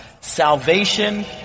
salvation